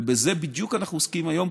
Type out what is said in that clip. ובזה בדיוק אנחנו עוסקים היום,